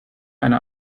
eine